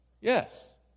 Yes